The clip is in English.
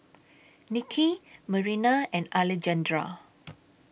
Nicky Marina and Alejandra